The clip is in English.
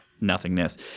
nothingness